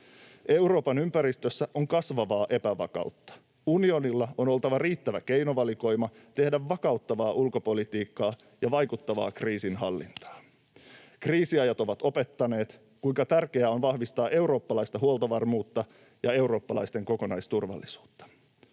Euroopan ympäristössä on kasvavaa epävakautta. Unionilla on oltava riittävä keinovalikoima tehdä vakauttavaa ulkopolitiikkaa ja vaikuttavaa kriisinhallintaa. Kriisiajat ovat opettaneet, kuinka tärkeää on vahvistaa eurooppalaista huoltovarmuutta ja eurooppalaisten kokonaisturvallisuutta.